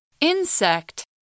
Insect